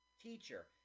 teacher